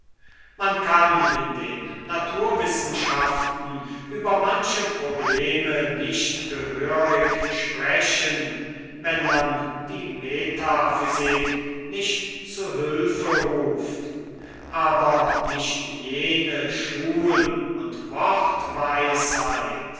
man kann in den naturwissenschaften über manche probleme nicht gehörig sprechen wenn man die metaphysik nicht zu hülfe ruft aber nicht jene schul und